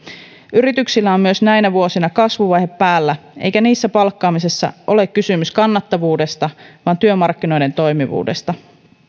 yrityksillä on myös näinä vuosina kasvuvaihe päällä eikä niissä palkkaamisissa ole kysymys kannattavuudesta vaan työmarkkinoiden toimivuudesta